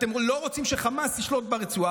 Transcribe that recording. אתם לא רוצים שחמאס ישלוט ברצועה,